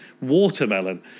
Watermelon